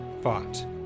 fought